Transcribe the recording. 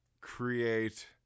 create